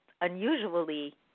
unusually